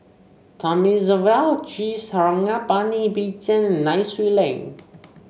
Thamizhavel G Sarangapani Bill Chen Nai Swee Leng